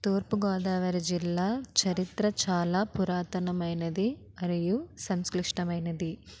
తూర్పుగోదావరి జిల్లా చరిత్ర చాలా పురాతనమైనది మరియు సంస్క్లిష్టమైనది